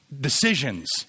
decisions